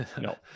No